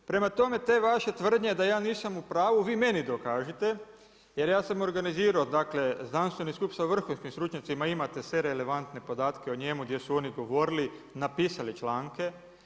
Prema tome, te vaše tvrdnje da ja nisam u pravu, vi meni dokažite jer ja sam organizirao dakle znanstveni skup sa vrhunskim stručnjacima, imate sve relevantne podatke o njemu gdje su oni govorili, napisali članke.